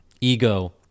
ego